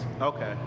okay